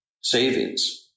savings